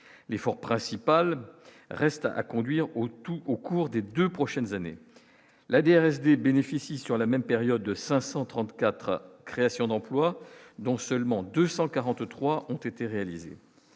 l'effort principal reste à conduire ou, tout au cours des 2 prochaines années la DRS des bénéficie sur la même période de 534 créations d'emplois, dont seulement 243 ont été réalisés,